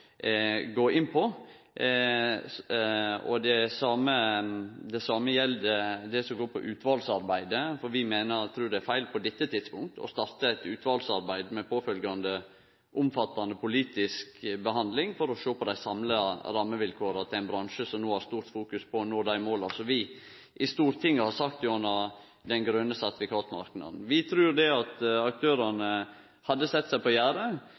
gå inn på. Det same gjeld det som går på utvalsarbeidet. Vi trur det er feil på dette tidspunktet å starte et utvalsarbeid – med påfølgjande omfattande politisk behandling – for å sjå på dei samla rammevilkåra til ein bransje som no har stort fokus på å nå dei måla som vi i Stortinget har sett gjennom den grøne sertifikatmarknaden. Vi trur at aktørane ville sett seg på gjerdet